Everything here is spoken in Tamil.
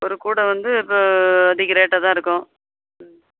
ஒரு கூடை வந்து இப்போ அதிக ரேட்டாக தான் இருக்கும் ம்